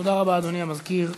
תודה רבה, אדוני המזכיר.